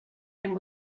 and